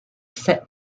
sat